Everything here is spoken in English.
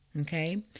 Okay